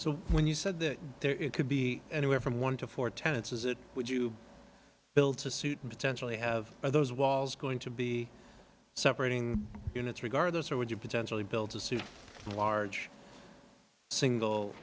so when you said that there could be anywhere from one to four tenants is it would you build to suit potentially have those walls going to be separating units regardless or would you potentially build to suit a large single